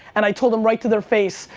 and i told them right to their face.